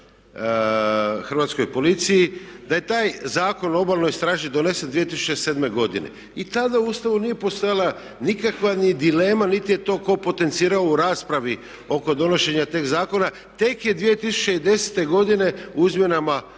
hrvatskoj policiji, da je taj Zakon o Obalnoj straži donesen 2007. godine i tada u Ustavu nije postojala nikakva ni dilema niti je to tko potencirao u raspravi oko donošenja teksta zakona. Tek je 2010. godine u izmjenama Ustava